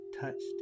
touched